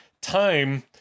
time